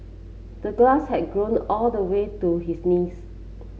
the grass had grown all the way to his knees